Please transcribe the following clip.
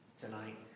tonight